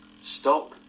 Stop